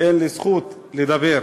אין לי זכות לדבר.